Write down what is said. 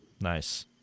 nice